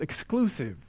exclusive